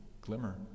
glimmer